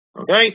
Okay